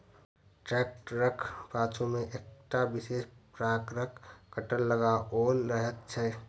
ट्रेक्टरक पाछू मे एकटा विशेष प्रकारक कटर लगाओल रहैत छै